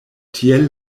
tiel